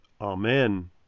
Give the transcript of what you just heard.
Amen